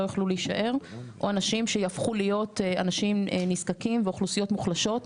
יוכלו להישאר או אנשים שיהפכו להיות אנשים נזקקים ואוכלוסיות מוחלשות.